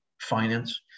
finance